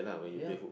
ya